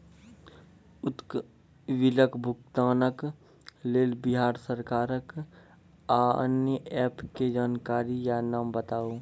उक्त बिलक भुगतानक लेल बिहार सरकारक आअन्य एप के जानकारी या नाम बताऊ?